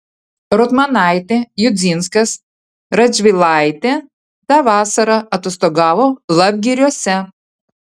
rotmanaitė judzinskas radžvilaitė tą vasarą atostogavo lapgiriuose